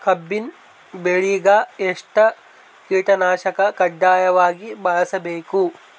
ಕಬ್ಬಿನ್ ಬೆಳಿಗ ಎಷ್ಟ ಕೀಟನಾಶಕ ಕಡ್ಡಾಯವಾಗಿ ಬಳಸಬೇಕು?